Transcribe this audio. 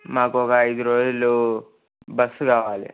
మాకు ఒక ఐదు రోజులు బస్సు కావాలి